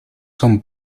son